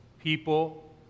people